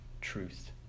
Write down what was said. truth